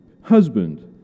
husband